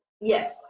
Yes